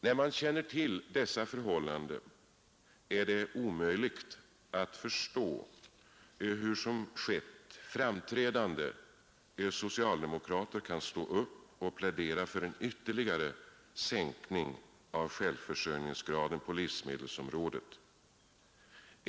När man känner till dessa förhållanden är det omöjligt att förstå hur, såsom skett, framträdande socialdemokrater kan stå upp och plädera för en ytterligare sänkning av självförsörjningsgraden på livsmedelsområdet.